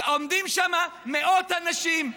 עומדים שם מאות אנשים,